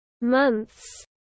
months